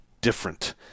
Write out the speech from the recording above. different